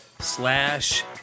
slash